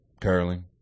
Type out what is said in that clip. curling